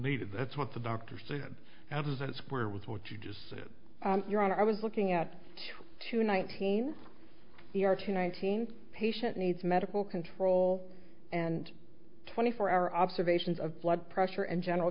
needed that's what the doctor said how does that square with what you just said your honor i was looking at tonight seen here two nineteen patient needs medical control and twenty four hour observations of blood pressure and general